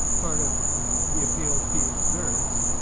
part of the appeal he exerts.